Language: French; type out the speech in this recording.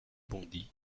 bondy